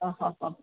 હ હ હ